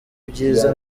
byiza